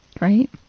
Right